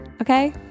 okay